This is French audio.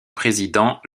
président